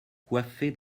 coiffe